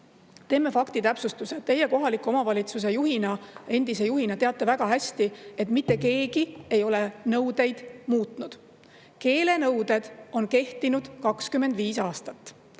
Teeme faktitäpsustuse. Teie kohaliku omavalitsuse endise juhina teate väga hästi, et mitte keegi ei ole nõudeid muutnud. Keelenõuded on kehtinud 25 aastat.